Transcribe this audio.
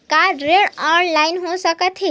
का ऋण ऑनलाइन हो सकत हे?